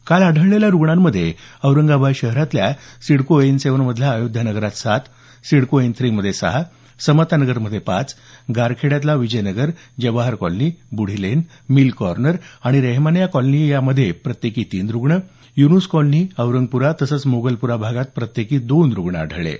काल आढळलेल्या रुग्णांमध्ये सिडको एन सेवन मधल्या अयोध्या नगरात सात सिडको एन थ्रीमध्ये सहा समता नगरमध्ये पाच Garkheda Vijay Nagar Jawahar colony Budhi lane mill corner आणि रहेमानिया कॉलनी भागात प्रत्येकी तीन रुग्ण युनूस कॉलनी औरंगप्रा तसंच मोगलप्रा भागात प्रत्येकी दोन रुग्ण आढळले आहेत